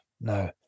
no